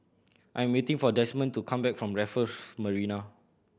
I am waiting for Demond to come back from Raffles Marina